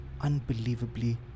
unbelievably